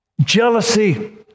jealousy